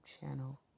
channel